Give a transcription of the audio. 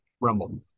Rumble